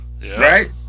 Right